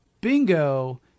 Bingo